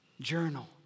journal